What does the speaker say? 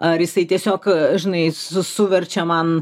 ar jisai tiesiog žinai su suverčia man